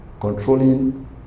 controlling